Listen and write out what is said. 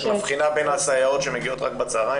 את מבחינה בין הסייעות שמגיעות רק בצהריים